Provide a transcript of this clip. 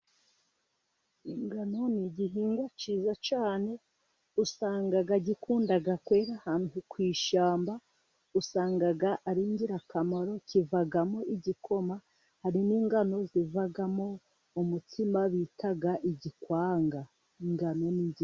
Ingano ni igihingwa cyiza cyane, usanga gikunda kwera ahantu ku ishyamba, usanga ari ingirakamaro, kivamo igikoma, hari n'ingano zivamo umutsima bita igikwanga. Ingano ni nziza.